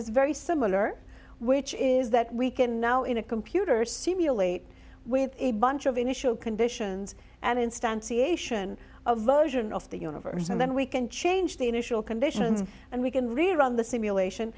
is very similar which is that we can now in a computer simulate with a bunch of initial conditions and instantiation of version of the universe and then we can change the initial conditions and we can rerun the simulation